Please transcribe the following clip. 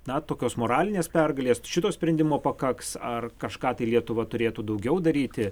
na tokios moralinės pergalės šito sprendimo pakaks ar kažką tai lietuva turėtų daugiau daryti